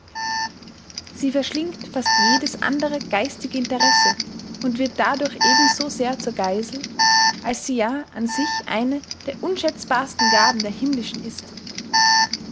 sie verschlingt fast jedes andere geistige interesse und wird dadurch eben so sehr zur geißel als sie ja an sich eine der unschätzbarsten gaben der himmlischen ist